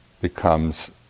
becomes